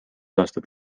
aastat